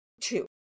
two